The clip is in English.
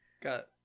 got